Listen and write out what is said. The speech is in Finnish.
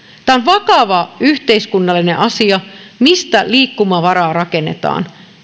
on vakava yhteiskunnallinen asia että mistä liikkumavaraa rakennetaan